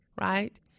Right